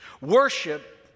Worship